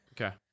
Okay